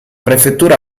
prefettura